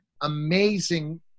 amazing